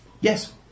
Yes